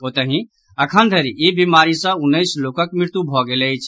ओतहि अखन धरि ई बीमारी सँ उन्नैस लोकक मृत्यु भऽ गेल अछि